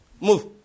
Move